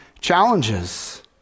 challenges